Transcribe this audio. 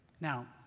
Now